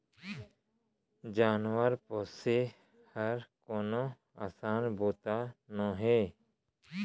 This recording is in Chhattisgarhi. जानवर पोसे हर कोनो असान बूता नोहे